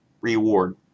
reward